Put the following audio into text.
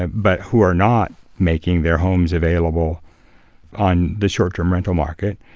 ah but who are not making their homes available on the short-term rental market,